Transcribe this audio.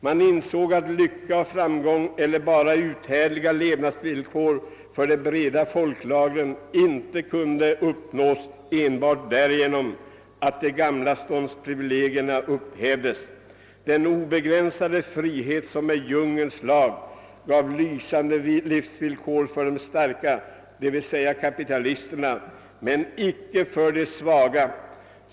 Man insåg att lycka och framgång eller bara uthärdliga levnadsvillkor för de breda folklagren icke kunde uppnås enbart därigenom, att de gamla ståndsprivilegierna upphävdes. Den obegränsade frihet, som är djungelns lag, gav lysande livsvillkor för de starka, d. v. s. kapitalisterna, men icke för de svaga.